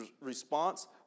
response